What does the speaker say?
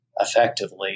effectively